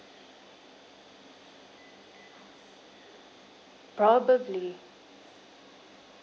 probably